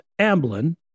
Amblin